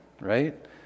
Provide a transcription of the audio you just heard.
Right